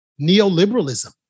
Neoliberalism